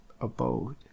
abode